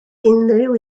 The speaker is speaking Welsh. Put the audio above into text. unrhyw